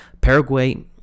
Paraguay